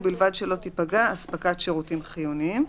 ובלבד שלא תיפגע אספקת שירותים חיוניים,